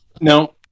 no